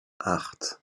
acht